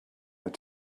had